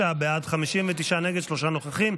39 בעד, 59 נגד, שלושה נוכחים.